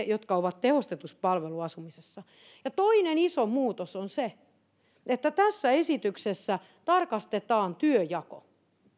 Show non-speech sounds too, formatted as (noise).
(unintelligible) jotka ovat tehostetussa palveluasumisessa toinen iso muutos on se että tässä esityksessä tarkastetaan työnjako